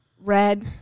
red